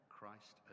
Christ